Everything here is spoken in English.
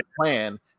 plan